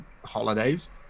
holidays